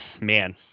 Man